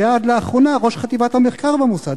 שהיה עד לאחרונה ראש חטיבת המחקר במוסד.